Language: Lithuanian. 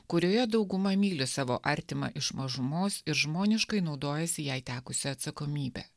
kurioje dauguma myli savo artimą iš mažumos ir žmoniškai naudojasi jai tekusia atsakomybe